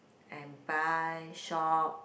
and buy shop